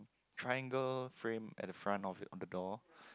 triangle frame at the front of it on the door